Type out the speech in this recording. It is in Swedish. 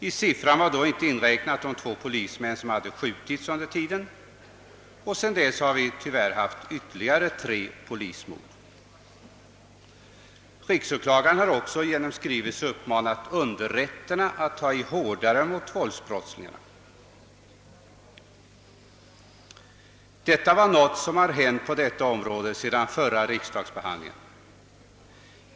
I siffran hade inte inräknats de två polismän, som under tiden hade skjutits. Sedan dess har tyvärr ytterligare tre polismord inträffat. Riksåklagaren har också i en skrivelse uppmanat underrätterna att ta i hårdare mot våldsbrottslingarna. Det är som synes en hel del som hänt på detta område sedan den föregående riksdagsbehandlingen.